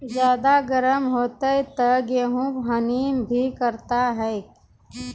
ज्यादा गर्म होते ता गेहूँ हनी भी करता है?